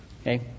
Okay